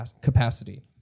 capacity